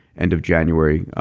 end of january,